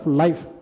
life